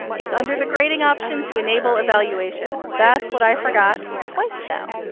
it's under the grading option to enable evaluation. that's what i forgot twice now,